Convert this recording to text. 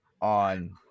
on